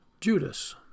Judas